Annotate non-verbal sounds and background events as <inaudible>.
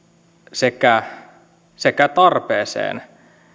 sekä <unintelligible> sekä tarpeeseen